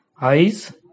Eyes